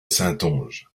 saintonge